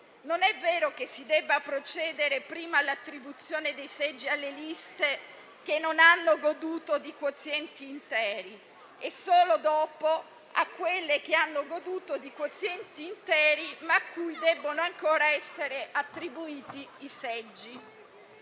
non è vero che si debba procedere prima all'attribuzione dei seggi alle liste che non hanno goduto di quozienti interi e solo dopo a quelle che ne hanno goduto, ma a cui devono ancora essere attribuiti i seggi.